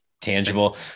tangible